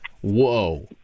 Whoa